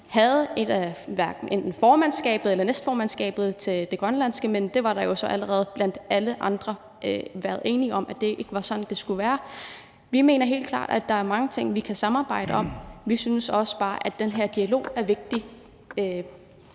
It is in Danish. at enten formandskabet eller næstformandskabet var grønlandsk, men der var der jo så allerede blandt alle andre enighed om, at det ikke var sådan, det skulle være. Vi mener helt klart, at der er mange ting, vi kan samarbejde om. Vi synes bare også, at den her dialog mellem